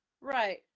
right